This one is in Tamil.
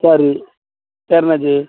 சரி சரி அண்ணாச்சி